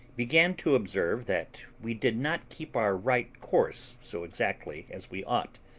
began to observe that we did not keep our right course so exactly as we ought,